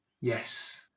Yes